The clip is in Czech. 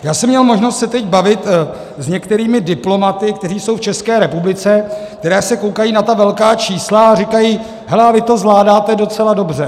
Já jsem měl možnost se teď bavit s některými diplomaty, kteří jsou v České republice, kteří se koukají na ta velká čísla a říkají: Hele a vy to zvládáte docela dobře.